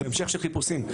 זה המשך של חיפושים.